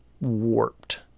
warped